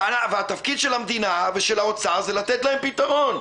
והתפקיד של המדינה ושל האוצר הוא לתת להם פתרון.